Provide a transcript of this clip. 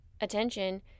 attention